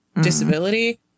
disability